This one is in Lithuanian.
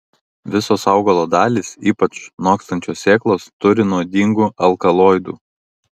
visos augalo dalys ypač nokstančios sėklos turi nuodingų alkaloidų